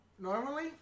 normally